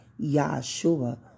Yahshua